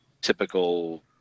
typical